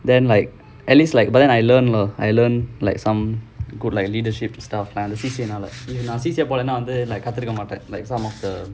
then like at least like but then I learn lor I learn like some good like leadership stuff அந்த:antha C_C_A நால நானா:naala naanaa C_C_A போலனா அதுல கத்து இருக்க மாட்டேன்:polanaa athula kaththu irukka maataen like some of the